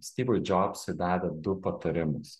styvui džobsui davė du patarimus